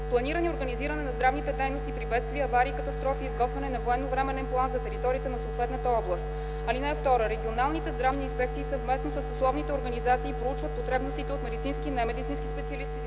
планиране и организиране на здравните дейности при бедствия, аварии и катастрофи и изготвяне на военновременен план за територията на съответната област. (2) Регионалните здравни инспекции съвместно със съсловните организации проучват потребностите от медицински и немедицински специалисти